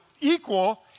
equal